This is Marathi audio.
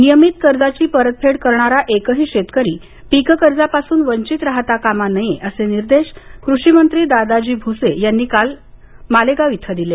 नियमीत कर्जाची परतफेड करणारा एकही शेतकरी पिक कर्जापासून वंचित राहता कामा नये असे निर्देश कृषी मंत्री दादा भुसे यांनी काल इथं दिले